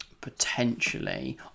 Potentially